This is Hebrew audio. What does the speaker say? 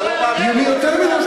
אני חשבתי, יותר הגון,